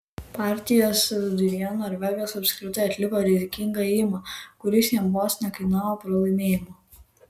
partijos viduryje norvegas apskritai atliko rizikingą ėjimą kuris jam vos nekainavo pralaimėjimo